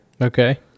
okay